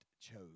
chose